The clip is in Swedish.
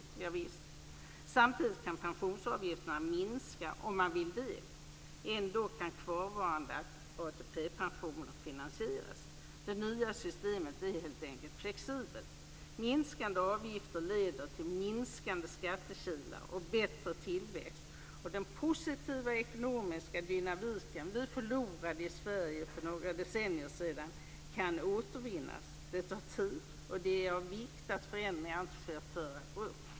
Javisst. Samtidigt kan pensionsavgifterna minska om man vill det. Ändå kan kvarvarande ATP pensioner finansieras. Det nya systemet är helt enkelt flexibelt. Minskande avgifter leder till minskande skattekilar och bättre tillväxt, och den positiva ekonomiska dynamiken vi förlorade i Sverige för några decennier sedan kan återvinnas. Det tar tid, och det är av vikt att förändringarna inte sker för abrupt.